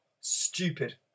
stupid